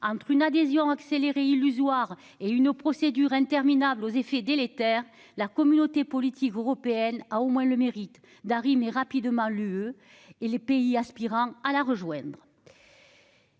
entre une adhésion accélérée illusoire et une procédure interminables aux effets délétères. La communauté politique européenne à au moins le mérite d'Harry. Mais rapidement l'UE et les pays aspirant à la rejoindre.